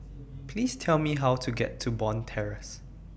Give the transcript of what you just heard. Please Tell Me How to get to Bond Terrace